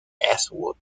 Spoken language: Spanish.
eastwood